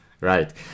Right